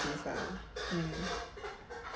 yes ah mm